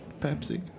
Pepsi